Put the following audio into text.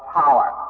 power